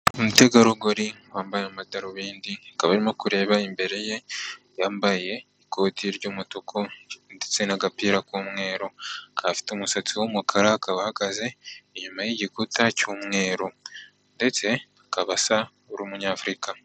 Umutegarugori wambaye amadarubindi aka arimo kureba imbere ye yambaye ikoti ry'umutuku ndetse n'agapira k'umweru, akaba afite umusatsi w'umukara akaba ahagaze inyuma y'igikuta cy'umweru ndetse akaba asa n'umunyafurika.